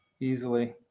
easily